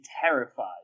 terrified